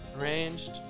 arranged